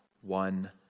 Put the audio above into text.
one